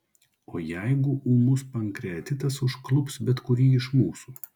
o jeigu ūmus pankreatitas užklups bet kurį iš mūsų